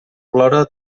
plora